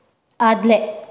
आदलें